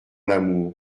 l’amour